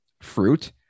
fruit